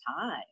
time